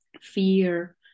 fear